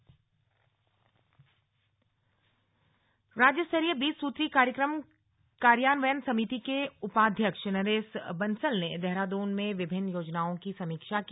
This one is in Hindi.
नरेश बंसल राज्य स्तरीय बीस सूत्री कार्यक्रम कार्यान्वयन समिति के उपाध्यक्ष नरेश बंसल ने देहरादून में विभिन्न योजनाओं की समीक्षा की